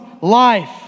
life